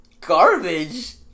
garbage